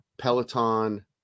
Peloton